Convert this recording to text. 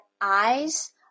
eyes